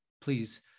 please